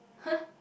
!huh!